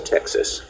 Texas